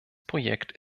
projekt